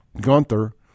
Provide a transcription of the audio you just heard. Gunther